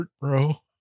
bro